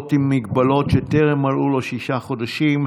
פעוט עם מוגבלות שטרם מלאו לו שישה חודשים),